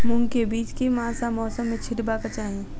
मूंग केँ बीज केँ मास आ मौसम मे छिटबाक चाहि?